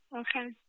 okay